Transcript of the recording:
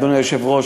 אדוני היושב-ראש,